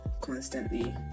constantly